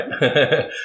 right